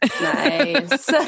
Nice